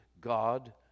God